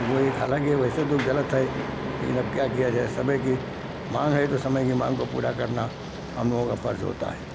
वह एक हालाँकि वैसे तो गलत है लेकिन अब क्या किया जाए समय की मांग है तो समय की मांग को पूरा करना हम लोगों का फर्ज होता है